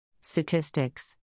Statistics